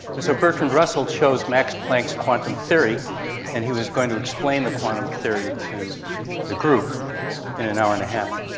and so bertrand russell chose max planck's quantum theory and he was going to explain the quantum theory to the group in an hour-and-a-half.